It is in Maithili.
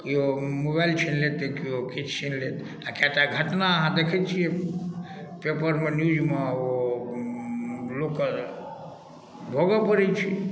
केओ मोबाइल छीन केओ किछु छीन लेत आ कए टा घटना आहाँ देखै छियै पेपर पर न्यूजमे ओ लोककऽ भोगऽ पड़ै छै